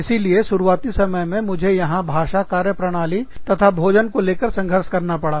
इसीलिए शुरुआती समय में मुझे यहां भाषा कार्यप्रणाली तथा भोजन को लेकर संघर्ष करना पड़ा